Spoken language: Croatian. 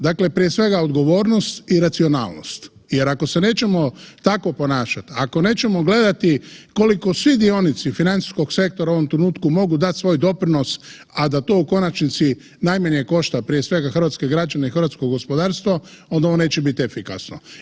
Dakle, prije svega odgovornost i racionalnost, jer ako se nećemo tako ponašati, ako nećemo gledati koliko svi dionici financijskog sektora u ovom trenutku mogu dati svoj doprinos, a da to u konačnici najmanje košta prije svega hrvatske građane i hrvatsko gospodarstvo onda ovo neće biti efikasno.